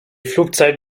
flugzeit